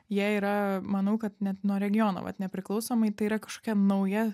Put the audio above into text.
jie yra manau kad net nuo regiono vat nepriklausomai tai yra kažkokia nauja